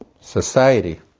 Society